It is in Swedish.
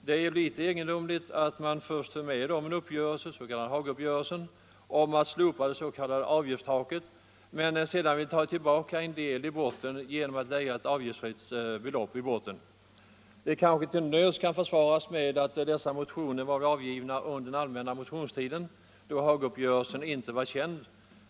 Det är ju litet egendomligt att man först är med om Hagauppgörelsen om att slopa det s.k. avgiftstaket men sedan vill ta tillbaka en del genom att ha ett avgiftsfritt belopp i botten. Det kan kanske till nöds försvaras med att dessa motioner var avgivna under den allmänna motionstiden, då Hagauppgörelsen inte var känd.